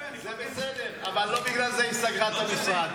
זה בסדר, אבל לא בגלל זה היא סגרה את המשרד.